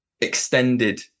extended